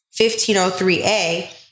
1503A